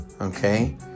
okay